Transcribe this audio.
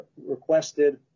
requested